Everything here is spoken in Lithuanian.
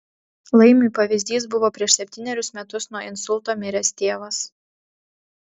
laimiui pavyzdys buvo prieš septynerius metus nuo insulto miręs tėvas